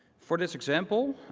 for this example,